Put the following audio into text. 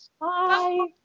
Bye